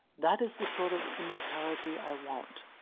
that is the sort of immortality i want.